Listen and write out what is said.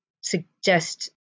suggest